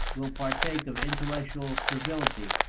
will partake of intellectual servility.